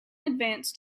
advanced